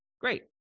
Great